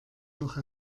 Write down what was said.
noch